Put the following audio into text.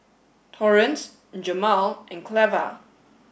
Torrence Jemal and Cleva